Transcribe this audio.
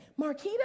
Marquita